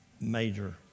Major